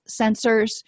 sensors